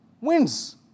Wins